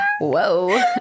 whoa